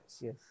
yes